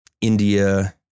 India